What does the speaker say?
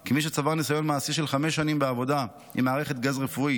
כי מי שצבר ניסיון מעשי של חמש שנים בעבודה עם מערכת גז רפואי